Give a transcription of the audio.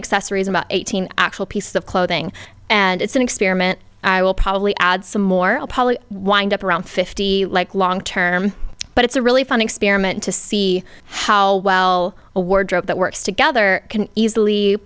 accessories about eighteen actual piece of clothing and it's an experiment i will probably add some more wind up around fifty like long term but it's a really fun experiment to see how well a wardrobe that works together can easily